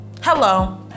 Hello